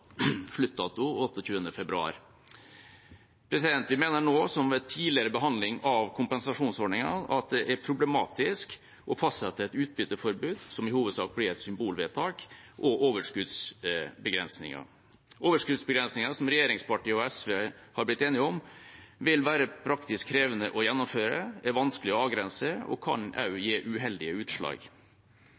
februar. Jeg mener nå, som ved tidligere behandling av kompensasjonsordningen, at det er problematisk å fastsette et utbytteforbud, som i hovedsak blir et symbolvedtak, og overskuddsbegrensninger. Overskuddsbegrensningene som regjeringspartiene og SV har blitt enige om, vil være praktisk krevende å gjennomføre, er vanskelige å avgrense og kan også gi uheldige utslag.